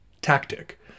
tactic